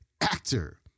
actor